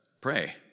pray